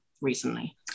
recently